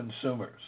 consumers